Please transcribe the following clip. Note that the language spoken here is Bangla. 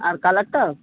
আর কালারটাও